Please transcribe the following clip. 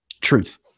truth